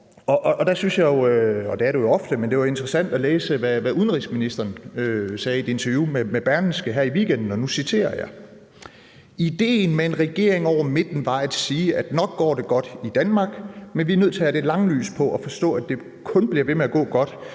det er det jo ofte – hvad udenrigsministeren sagde i et interview med Berlingske her i weekenden, og nu citerer jeg: Idéen med en regering over midten var at sige, at nok går det godt i Danmark, men vi er nødt til at have det lange lys på og forstå, at det kun bliver ved med at gå godt,